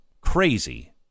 crazy